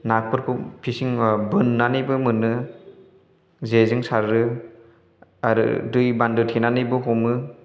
नाफोरखौ फिसिं बोननानैबो मोनो जेजों सारो आरो दै बान्दो थेनानैबो हमो